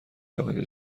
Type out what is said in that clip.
توانید